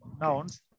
nouns